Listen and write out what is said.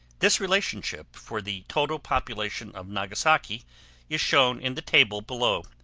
this relationship for the total population of nagasaki is shown in the table below,